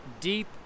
deep